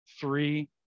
three